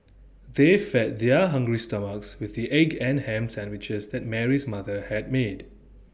they fed their hungry stomachs with the egg and Ham Sandwiches that Mary's mother had made